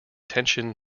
tension